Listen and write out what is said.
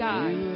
God